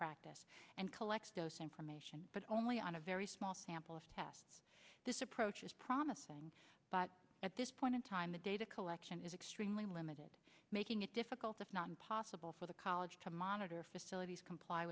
practice and collects dosing permission but only on a very small sample of tests this approach is promising but at this point in time the data collection is extremely limited making it difficult if not impossible for the college to monitor facilities comply